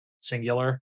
singular